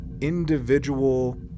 individual